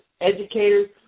educators